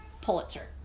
Pulitzer